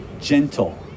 gentle